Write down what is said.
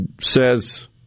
says